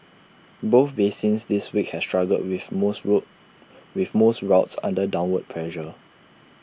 both basins this week have struggled with most route with most routes under downward pressure